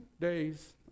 days